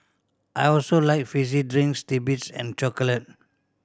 I also like fizzy drinks titbits and chocolate